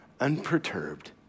unperturbed